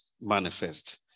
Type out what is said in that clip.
manifest